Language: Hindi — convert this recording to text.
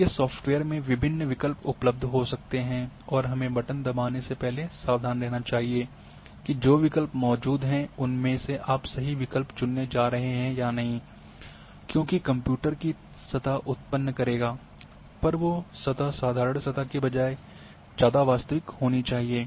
आपके सॉफ्टवेयर में विभिन्न विकल्प उपलब्ध हो सकते हैं और हमें बटन दबाने से पहले सावधान रहना चाहिए कि जो विकल्प मौजूद हैं उनमे से आप सही विकल्प चुनने जा रहे है या नहीं क्योंकि अंततः कंप्यूटर ही सतह उत्पन्न करेगा पर वो सतह साधारण सतह के बजाय ज्यादा वास्तविक होनी चाहिए